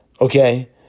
Okay